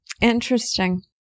Interesting